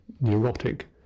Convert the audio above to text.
neurotic